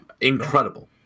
Incredible